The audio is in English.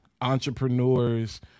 entrepreneurs